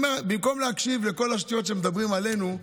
במקום להקשיב לכל השטויות שמדברים עלינו,